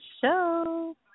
Show